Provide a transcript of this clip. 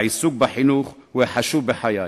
העיסוק בחינוך הוא החשוב בחיי.